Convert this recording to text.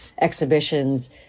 exhibitions